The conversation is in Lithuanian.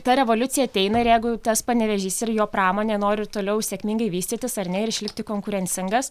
ta revoliucija ateina ir jeigu tas panevėžys ir jo pramonė nori toliau sėkmingai vystytis ar ne ir išlikti konkurencingas